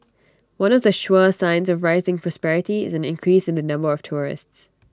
one of the sure signs of rising prosperity is an increase in the number of tourists